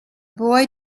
boy